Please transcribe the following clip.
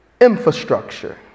infrastructure